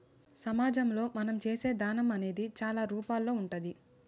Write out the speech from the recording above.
సమాజంలో మనం చేసే దానం అనేది చాలా రూపాల్లో ఉంటాది